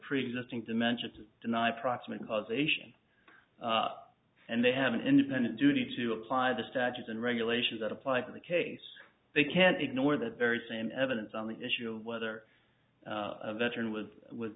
preexisting dementia to deny proximate cause ation and they have an independent duty to apply the statutes and regulations that apply for the case they can't ignore that very same evidence on the issue of whether a veteran was with